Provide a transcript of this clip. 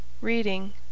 Reading